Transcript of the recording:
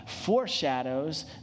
foreshadows